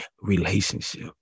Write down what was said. relationship